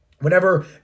Whenever